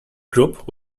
group